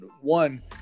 one